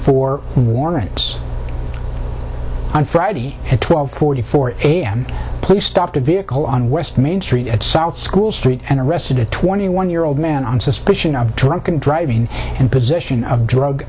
for warrants on friday at twelve forty four a m police stopped a vehicle on west main street at south school street and arrested a twenty one year old man on suspicion of drunken driving and position of drug